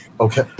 okay